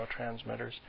neurotransmitters